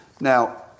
Now